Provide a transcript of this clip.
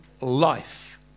life